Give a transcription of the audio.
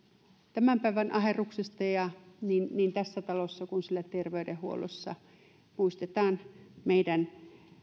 tämän päivän aherruksesta niin niin tässä talossa kuin siellä terveydenhuollossa muistetaan meidän